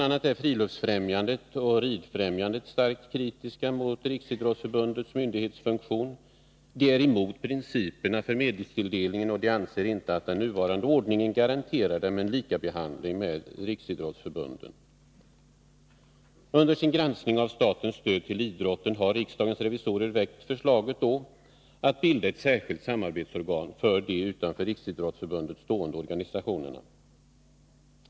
a. är Friluftsfrämjandet och Ridfrämjandet starkt kritiska mot Riksidrottsförbundets myndighetsfunktion, de är emot principerna för medelstilldelningen, och de anser inte att den nuvarande ordningen garanterar dem samma behandling som den RF-förbunden åtnjuter. Under sin granskning av statens stöd till idrotten har riksdagens revisorer väckt förslaget att bilda ett särskilt samarbetsorgan för de utanför RF stående organisationerna.